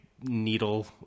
needle